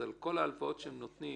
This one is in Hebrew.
על כל ההלוואות שהם נותנים